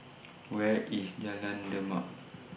Where IS Jalan Demak